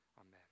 Amen